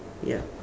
ya